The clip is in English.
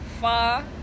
far